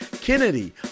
Kennedy